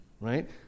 right